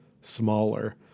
smaller